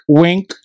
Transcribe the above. wink